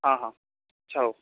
ହଁ ହଁ ଆଚ୍ଛା ହଉ